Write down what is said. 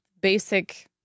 basic